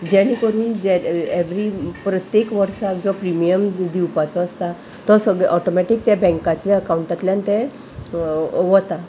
जेणे करून जे एवरी प्रत्येक वर्साक जो प्रिमियम दिवपाचो आसता तो सगळे ऑटोमॅटीक त्या बँकाचे अकावंटांतल्यान तें वता